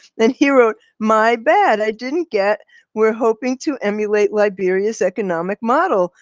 then he wrote, my bad i didn't get we're hoping to emulate liberia's economic model,